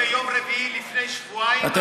כל החוקים ביום רביעי לפני שבועיים היו